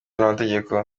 n’amategeko